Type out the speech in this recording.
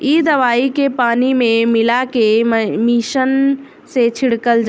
इ दवाई के पानी में मिला के मिशन से छिटल जाला